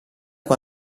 qua